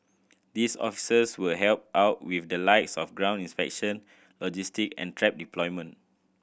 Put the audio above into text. these officers will help out with the likes of ground inspection logistic and trap deployment